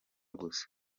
gusa